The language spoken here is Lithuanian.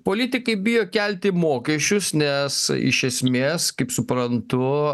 politikai bijo kelti mokesčius nes iš esmės kaip suprantu